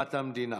הקמת המדינה,